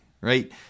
right